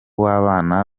w’abana